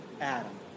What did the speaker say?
Adam